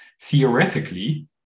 theoretically